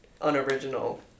unoriginal